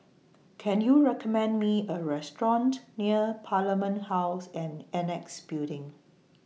Can YOU recommend Me A Restaurant near Parliament House and Annexe Building